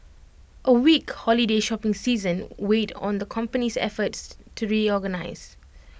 A weak holiday shopping season weighed on the company's efforts to reorganise